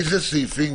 איזה סעיפים,